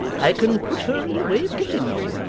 i can put her in the way of getting one.